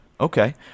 Okay